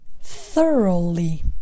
Thoroughly